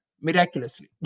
miraculously